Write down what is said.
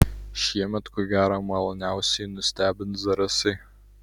šiemet ko gero maloniausiai nustebins zarasai